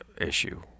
issue